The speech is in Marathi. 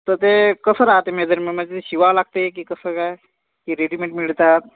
तर ते कसं राहते मेजरमेंट म्हणजे शिवा लागते की कसं काय की रेडीमेंड मिळतात